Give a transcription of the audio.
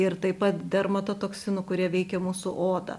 ir taip pat dermatotoksinų kurie veikia mūsų odą